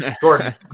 Jordan